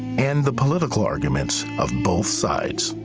and the political arguments of both sides.